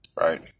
right